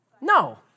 No